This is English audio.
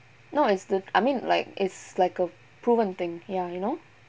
no it's that I mean like it's like a proven thing ya you know